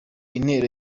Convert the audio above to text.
intero